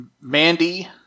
Mandy